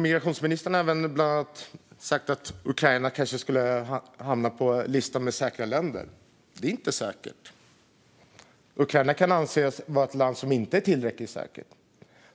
Migrationsministern har bland annat sagt att Ukraina kanske skulle hamna på listan över säkra länder. Men det är inte säkert. Ukraina kan anses vara ett land som inte är tillräckligt säkert.